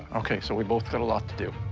okay, so we both got a lot to do.